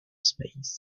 space